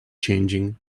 changing